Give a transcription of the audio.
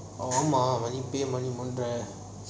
ஆமா மணி இப்பொவேய் இங்க மூன்ற:ama mani ipovey inga moonra